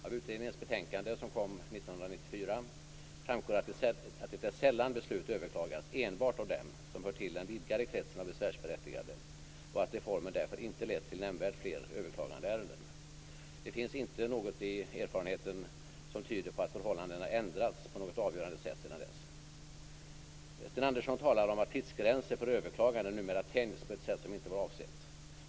Av utredningens betänkande, som kom år 1994, framgår att det är sällan beslut överklagas enbart av dem som hör till den vidgade kretsen av besvärsberättigade och att reformen därför inte lett till nämnvärt fler överklagandeärenden. Det finns inte någon erfarenhet som tyder på att förhållandena ändrats på något avgörande sätt sedan dess. Sten Andersson talar om att tidsgränser för överklaganden numera tänjs på ett sätt som inte var avsett.